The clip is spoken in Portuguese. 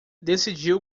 decidiu